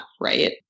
right